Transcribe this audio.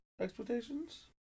Expectations